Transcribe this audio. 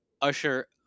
Usher